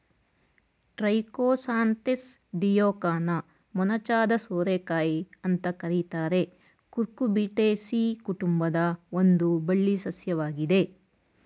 Trichosanthes dioica ಮೊನಚಾದ ಸೋರೆಕಾಯಿ ಅಂತ ಕರೀತಾರೆ ಕುಕುರ್ಬಿಟೇಸಿ ಕುಟುಂಬದ ಒಂದು ಬಳ್ಳಿ ಸಸ್ಯವಾಗಿದೆ